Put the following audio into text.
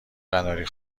قناری